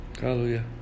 hallelujah